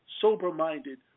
sober-minded